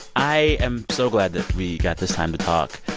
i am so glad that we got this time to talk.